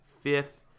fifth